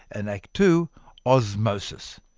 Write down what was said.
and act two osmosis.